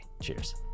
Cheers